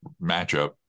matchup